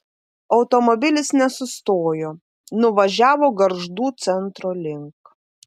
automobilis nesustojo nuvažiavo gargždų centro link